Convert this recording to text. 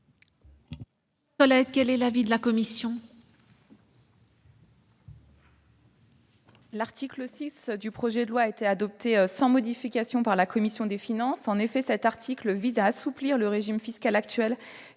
Quel est l'avis de la commission ?